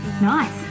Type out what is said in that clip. Nice